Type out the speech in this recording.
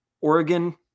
Oregon